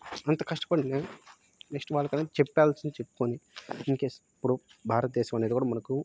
అంత కష్టపడినా నెక్స్ట్ వాళ్ళకనేది చెప్పాల్సింది చెప్పుకోని ఇన్కేస్ ఇప్పుడు భారత్దేశం అనేది కూడా మనకు